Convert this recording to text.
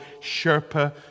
Sherpa